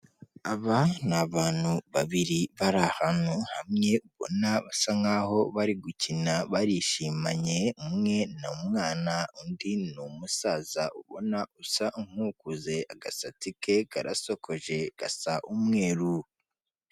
Aba ni abantu babiri bari ahantu hamwe, ubona basa nk'aho bari gukina barishimanye, umwe ni umwana undi ni umusaza ubona usa nk'ukuze, agasatsi ke karasokoje gasa umweru.